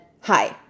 hi